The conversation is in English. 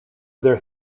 their